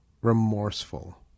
remorseful